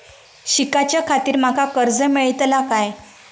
शिकाच्याखाती माका कर्ज मेलतळा काय?